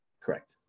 Correct